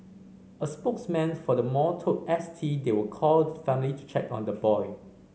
a spokesman for the mall told S T they will call the family to check on the boy